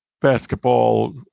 basketball